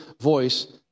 voice